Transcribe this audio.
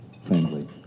friendly